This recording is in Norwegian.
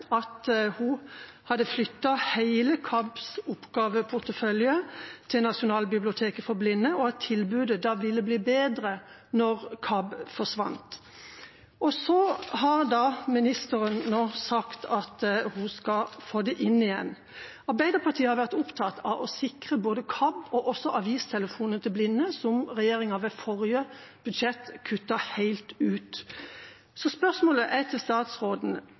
at hun hadde flyttet hele KABBs oppgaveportefølje til nasjonalbiblioteket for blinde, og at tilbudet ville bli bedre når KABB forsvant. Så har ministeren nå sagt at hun skal få det inn igjen. Arbeiderpartiet har vært opptatt av å sikre både KABB og Avistelefonen for blinde, som regjeringa ved forrige budsjett kuttet helt ut. Spørsmålet til statsråden